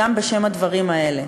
גם בשם הדברים האלה.